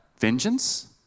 vengeance